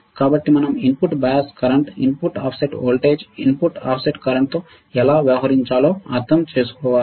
కాబట్టి మనం input bias current input offset voltage ఇన్పుట్తో ఆఫ్సెట్ కరెంట్ తో ఎలా వ్యవహరించాలో అర్థం చేసుకోవాలి